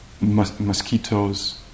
mosquitoes